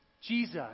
Jesus